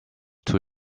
too